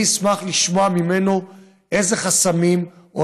אני אשמח לשמוע ממנו איזה חסמים או